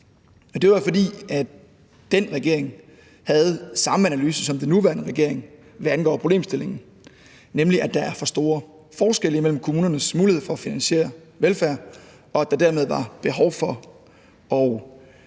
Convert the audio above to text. det var jo, fordi den regering havde den samme analyse som den nuværende regering, hvad angår problemstillingen, nemlig at der er for store forskelle mellem kommunernes mulighed for at finansiere velfærd, og at der dermed var behov for